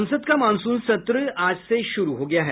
संसद का मॉनसून सत्र आज से शुरू हो गया है